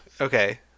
Okay